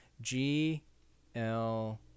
G-L-